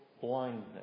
blindness